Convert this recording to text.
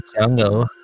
jungle